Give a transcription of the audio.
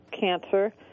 cancer